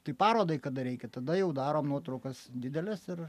tai parodai kada reikia tada jau darom nuotraukas dideles ir